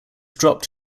dropped